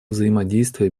взаимодействия